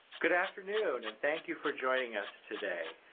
good afternoon and thank you for joining us today.